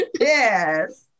Yes